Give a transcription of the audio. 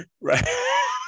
right